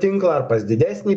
tinklą ar pas didesnį